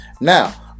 now